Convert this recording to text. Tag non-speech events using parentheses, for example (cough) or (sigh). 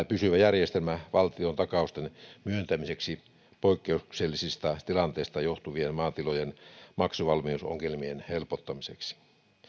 (unintelligible) pysyvä järjestelmä valtiontakausten myöntämiseksi poikkeuksellisista tilanteista johtuvien maatilojen maksuvalmiusongelmien helpottamiseksi